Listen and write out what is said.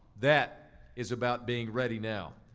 that is about being ready now.